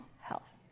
health